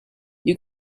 you